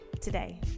today